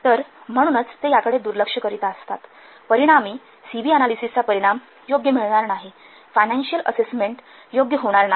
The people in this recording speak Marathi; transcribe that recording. तर म्हणूनच ते याकडे दुर्लक्ष करीत आहेत परिणामी सी बी अनालिसिसचा परिणाम योग्य मिळणार नाही फायनान्शिअल अससेसमेंट योग्य होणार नाही